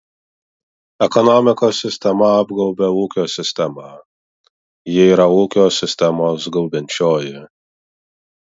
ekonomikos sistema apgaubia ūkio sistemą ji yra ūkio sistemos gaubiančioji